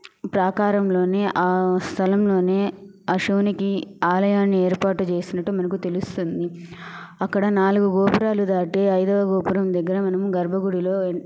ప్రాకరంలోనే ఆ స్థలం లోనే ఆలయాన్ని ఏర్పాటు చేసినట్టు మనకి తెలుస్తుంది అక్కడ నాలుగు గోపురాలు దాటి ఐదవ గోపురం దగ్గర మనం గర్భగుడిలో